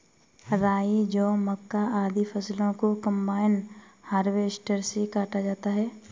राई, जौ, मक्का, आदि फसलों को कम्बाइन हार्वेसटर से काटा जाता है